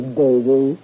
baby